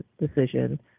decision